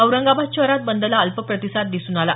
औरंगाबाद शहरात बंदला अल्प प्रतिसाद दिसून आला